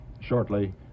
shortly